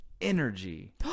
energy